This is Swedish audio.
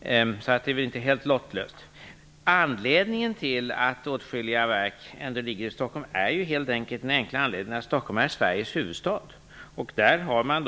Det är alltså inte helt lottlöst. Anledningen till att åtskilliga statliga verk ändå ligger i Stockholm är helt enkelt att Stockholm är Sveriges huvudstad. Där har man